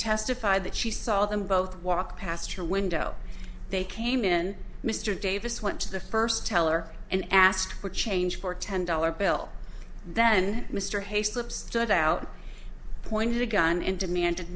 testified that she saw them both walk past her window they came in mr davis went to the first teller and asked for change for a ten dollar bill then mr haye slips stood out pointed a gun and demand